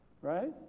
right